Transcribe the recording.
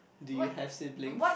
do you have siblings